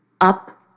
up